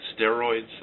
steroids